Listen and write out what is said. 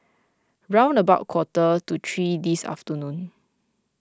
round about quarter to three this afternoon